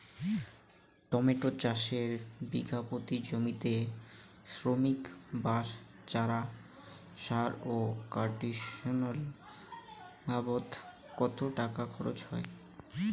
Tomato চাষে বিঘা প্রতি জমিতে শ্রমিক, বাঁশ, চারা, সার ও কীটনাশক বাবদ কত টাকা খরচ হয়?